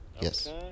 Yes